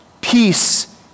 peace